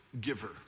giver